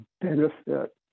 benefit